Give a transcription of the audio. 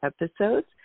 episodes